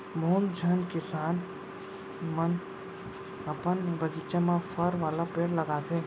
बहुत झन किसान मन अपन बगीचा म फर वाला पेड़ लगाथें